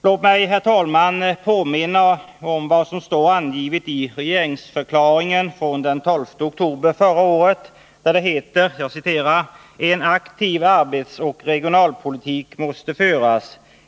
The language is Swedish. Låt mig, herr talman, påminna om vad som står skrivet i regeringsförklaringen av den 12 oktober 1979. Där står bl.a. följande: ”En aktiv arbetsmarknadsoch regionalpolitik måste föras.